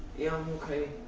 yeah, i'm okay.